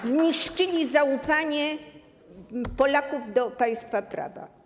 Zniszczyli zaufanie Polaków do państwa prawa.